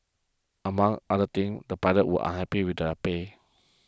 among other things the pilots were unhappy with their pay